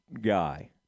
guy